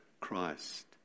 Christ